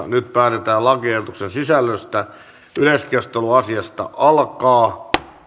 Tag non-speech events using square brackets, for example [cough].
[unintelligible] nyt päätetään lakiehdotuksen sisällöstä yleiskeskustelu asiasta alkaa